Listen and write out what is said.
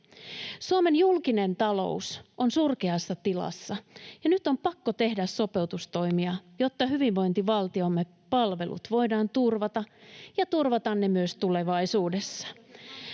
Suomen julkinen talous on surkeassa tilassa, ja nyt on pakko tehdä sopeutustoimia, jotta hyvinvointivaltiomme palvelut voidaan turvata ja turvata ne myös tulevaisuudessa.